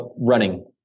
Running